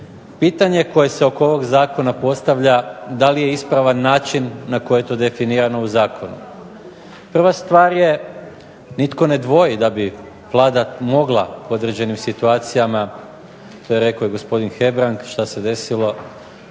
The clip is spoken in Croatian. Pitanje koje se oko ovog zakona postavlja, da li je ispravan način na koji je to definirano u zakonu. Prva stvar, nitko ne dvoji da bi Vlada mogla u određenim situacijama, to je rekao i gospodin Hebrang šta se desilo,